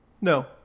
No